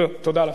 תודה לכם.